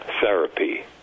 therapy